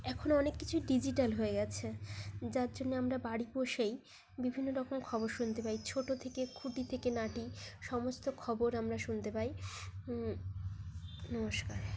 এখন অনেক কিছুই ডিজিটাল হয়ে গিয়েছে যার জন্যে আমরা বাড়ি বসেই বিভিন্ন রকম খবর শুনতে পাই ছোট থেকে খুঁটি থেকে নাটি সমস্ত খবর আমরা শুনতে পাই নমস্কার